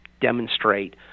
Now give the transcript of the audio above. demonstrate